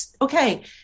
okay